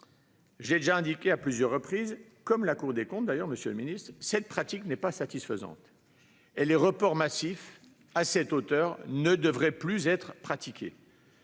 l'ai déjà indiqué à plusieurs reprises, comme la Cour des comptes, monsieur le ministre, cette pratique n'est pas satisfaisante : les reports massifs de ce type ne devraient plus être pratiqués.